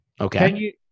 Okay